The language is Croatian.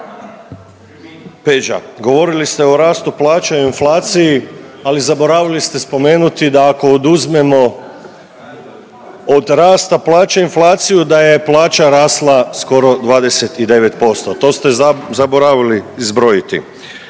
Peđa. Govorili ste o rastu plaća i inflaciji ali zaboravili ste spomenuti da ako oduzmemo od rasta plaća inflaciju, da je plaća rasla skoro 29%, to ste zaboravili zbrojiti.